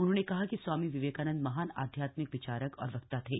उन्होंने कहा कि स्वामी विवेकानन्द महान आध्यात्मिक विचारक और वक्ता थे